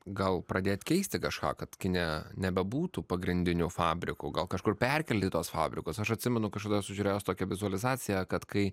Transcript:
gal pradėt keisti kažką kad kinija nebebūtų pagrindiniu fabriku gal kažkur perkelti tuos fabrikus aš atsimenu kažkada esu žiūrėjęs tokią vizualizaciją kad kai